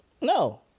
no